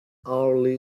hourly